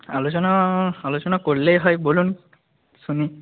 আলোচনা আলোচনা করলেই হয় বলুন শুনি